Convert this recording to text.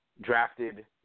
drafted